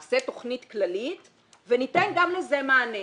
תעשה תכנית כללית ותיתן גם לזה מענה.